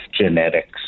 genetics